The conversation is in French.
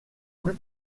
plus